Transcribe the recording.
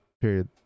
period